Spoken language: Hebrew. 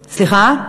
סליחה?